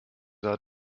are